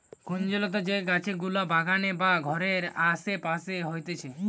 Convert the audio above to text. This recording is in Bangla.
কুঞ্জলতা যে গাছ গুলা বাগানে বা ঘরের আসে পাশে হতিছে